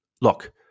look